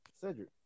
Cedric